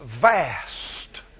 vast